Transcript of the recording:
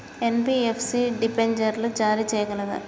NBFC డిబెంచర్లు జారీ చేయగలదా?